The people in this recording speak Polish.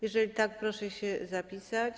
Jeżeli tak, proszę się zapisać.